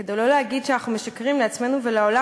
כדי לא להגיד שאנחנו משקרים לעצמנו ולעולם,